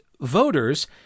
voters